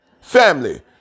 family